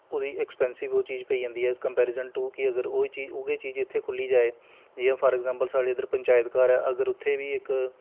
उस्सी अक्सपैंसिव ओह् चीज़ पेई जंदी ऐ कंपैरिज़न कि अगर उऐ चीज़ इत्थै खु'ल्ली जाए जि'यां फॉर अग़ज़ैंपल साढ़े इद्धर पंचैत घर ऐ अगर उत्थै बी इक